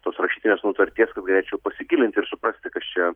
tos rašytinės nutarties kad galėčiau pasigilinti ir suprasti kas čia